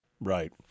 right